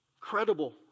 credible